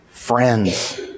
Friends